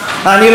אני לא תמים.